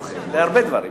להרבה דברים.